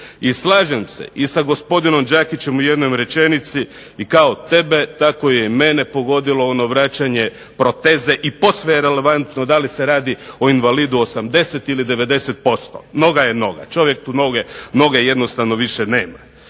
i slažem se i sa gospodinom Đakićem u jednoj rečenici i kao tebe tako je mene pogodilo ono vraćanje proteze, i posve je relevantno da li se radi o invalidu 80 ili 90%. Noga je noga. Čovjek tu noge jednostavno više nema.